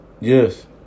Yes